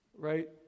Right